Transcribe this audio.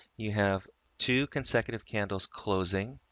you have two consecutive candles closing